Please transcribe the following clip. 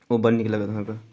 ओ बड्ड नीक लागत अहाँकेँ